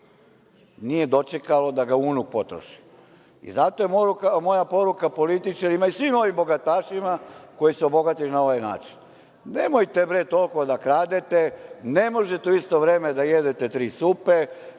nije dočekalo da ga unuk potroši i zato je moja poruka političarima i svima ovim bogatašima koji su se obogatili na ovaj način. Nemojte, bre toliko da kradete, ne možete u isto vreme da jedete tri supe,